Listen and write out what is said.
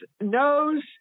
knows